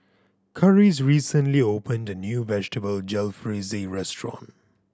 Karis recently opened a new Vegetable Jalfrezi Restaurant